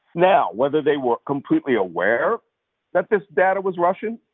now whether they were completely aware that this data was russian,